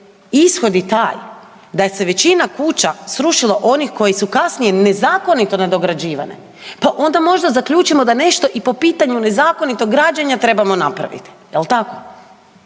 ishod je taj da se većina kuća srušilo onih koji su kasnije nezakonito nadograđivane, pa onda možda zaključimo da nešto i po pitanju nezakonitog građenja trebamo napraviti, jel tako?